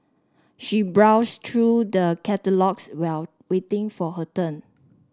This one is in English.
she browsed through the catalogues while waiting for her turn